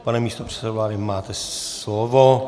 Pane místopředsedo vlády, máte slovo.